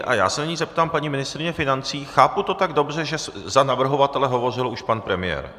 A já se nyní zeptám paní ministryně financí chápu to tak dobře, že za navrhovatele hovořil už pan premiér?